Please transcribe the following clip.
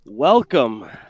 Welcome